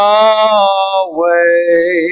away